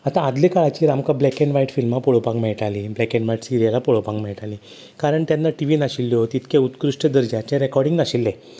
आतां आदल्या काळाचेर आमकां ब्लॅक एंड वायट फिल्मां पळोवपाक मेयटाली ब्लॅक एंड वायट सिरियलां पळोपाक मेळटालीं कारण तेन्ना टिव्ही नाशिल्ल्यो तितकें उत्कृश्ट दर्ज्याचें रिकॉडींग नाशिल्लें